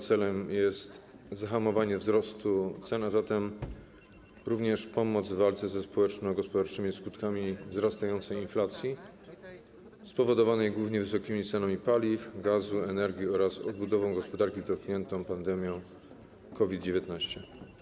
Celem jest zahamowanie wzrostu cen, a zatem również pomoc w walce ze społeczno-gospodarczymi skutkami wzrastającej inflacji, spowodowanej głównie wysokimi cenami paliw, gazu, energii oraz odbudową gospodarki dotkniętej pandemią COVID-19.